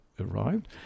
arrived